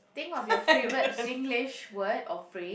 think of your favorite Singlish word or phrase